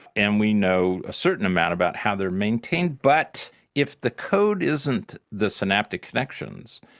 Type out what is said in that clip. and we know a certain amount about how they are maintained. but if the code isn't the synaptic connections,